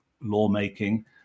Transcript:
lawmaking